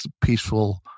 peaceful